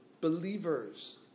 believers